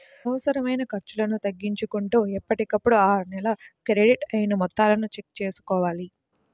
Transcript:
అనవసరమైన ఖర్చులను తగ్గించుకుంటూ ఎప్పటికప్పుడు ఆ నెల క్రెడిట్ అయిన మొత్తాలను చెక్ చేసుకోవాలి